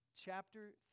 chapter